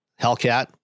hellcat